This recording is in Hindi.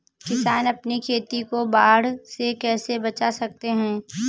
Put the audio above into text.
किसान अपनी खेती को बाढ़ से कैसे बचा सकते हैं?